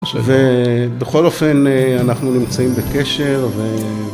ובכל אופן אנחנו נמצאים בקשר